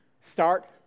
Start